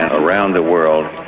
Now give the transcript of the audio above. around the world.